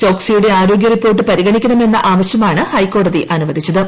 ചോക്സിയുടെ ആരോഗ്യ റിപ്പോർട്ട് പരിഗണിക്കണമെന്ന ആവശ്യമാണ് ഹൈക്കോടതി അനുവദിച്ചത്